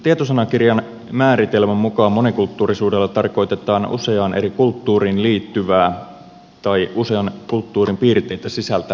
tietosanakirjan määritelmän mukaan monikulttuurisuudella tarkoitetaan useaan eri kulttuuriin liittyvää tai usean kulttuurin piirteitä sisältävää asiaa